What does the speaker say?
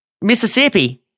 Mississippi